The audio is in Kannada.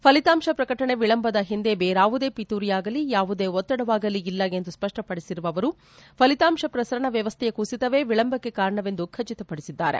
ಫಲಿತಾಂಶ ಪ್ರಕಟಣೆ ಎಳಂಬದ ಹಿಂದೆ ಬೇರಾವುದೇ ಪಿತೂರಿಯಾಗಲಿ ಯಾವುದೇ ಒತ್ತಡವಾಗಲಿ ಇಲ್ಲ ಎಂದು ಸ್ವಷ್ಷ ಪಡಿಸಿರುವ ಅವರು ಫಲಿತಾಂಶ ಪ್ರಸರಣ ವ್ಲವಸ್ಥೆಯ ಕುಸಿತವೇ ವಿಳಂಬಕ್ಕೆ ಕಾರಣವೆಂದು ಖಚಿತ ಪಡಿಸಿದ್ದಾರೆ